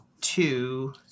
two